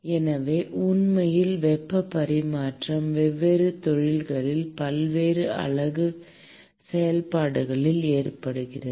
எனவே உண்மையில் வெப்ப பரிமாற்றம் வெவ்வேறு தொழில்களில் பல்வேறு அலகு செயல்பாடுகளில் ஏற்படுகிறது